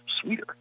sweeter